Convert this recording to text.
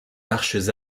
arches